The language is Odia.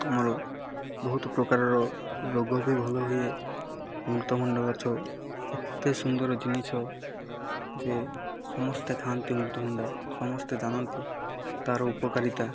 ଆମର ବହୁତ ପ୍ରକାରର ରୋଗ ବି ଭଲ ହୁଏ ଅମୃତଭଣ୍ଡା ଗଛ ଏତେ ସୁନ୍ଦର ଜିନିଷ ଯେ ସମସ୍ତେ ଖାଆନ୍ତି ଅମୃତଭଣ୍ଡା ସମସ୍ତେ ଜାଣନ୍ତି ତା'ର ଉପକାରିତା